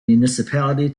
municipality